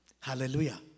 Hallelujah